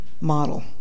model